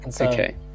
Okay